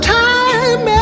time